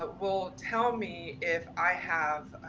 ah will tell me if i have,